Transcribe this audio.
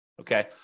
Okay